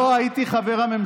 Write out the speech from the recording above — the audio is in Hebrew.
אתה לא היית כאן.